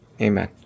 Amen